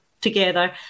together